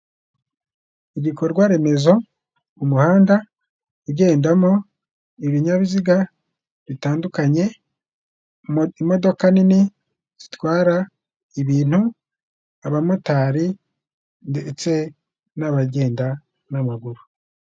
Ibikorwaremezo, umuhanda ugendamo ibinyabiziga bitandukanye, imodoka nini zitwara ibintu, abamotari ndetse n'abagenda n'amaguru.